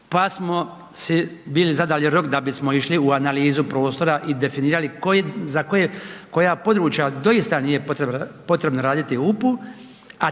pa smo si bili zadali rok da bismo išli u analizu prostora i definirali za koje, koja područja doista nije potrebno raditi UPU,